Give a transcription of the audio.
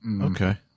Okay